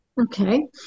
Okay